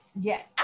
yes